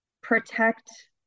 protect